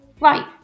Right